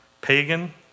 Pagan